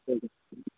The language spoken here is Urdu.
چلو ٹھیک